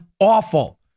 awful